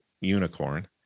unicorn